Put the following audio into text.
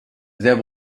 there